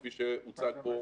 כפי שהוצג פה,